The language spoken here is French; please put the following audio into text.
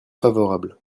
favorables